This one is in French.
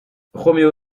roméo